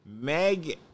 Meg